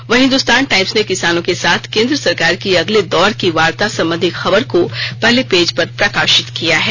वहीं हिंदुस्तान टाइम्स ने किसानों के साथ केंद्र सरकार की अगले दौर की वार्ता संबंधी खबर को पहले पेज पर प्रकाशित किया है